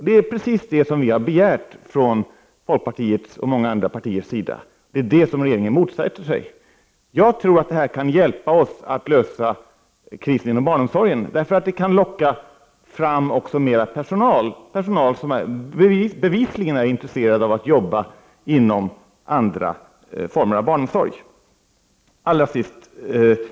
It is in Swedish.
Det är precis det som folkpartiet och flera andra partier har begärt men som regeringen motsätter sig. Jag tror att en sådan ordning skulle kunna hjälpa oss att lösa krisen inom barnomsorgen. Vi kan härigenom också locka fram mera personal, personal som bevisligen är intresserad av att jobba inom andra former av barnomsorg.